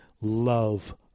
love